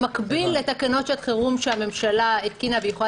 במקביל לתקנות שעת חירום שהממשלה התקינה והיכולה